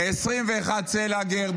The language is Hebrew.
מ-21C לאגר,